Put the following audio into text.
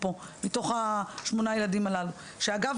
אגב,